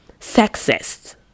sexist